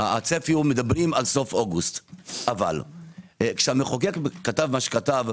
מדברים על סוף אוגוסט אבל כשהמחוקק כתב מה שכתב,